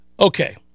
Okay